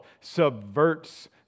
subverts